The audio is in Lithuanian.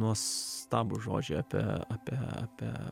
nuostabūs žodžiai apie apie apie